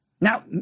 Now